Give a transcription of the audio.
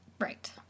Right